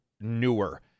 newer